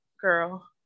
girl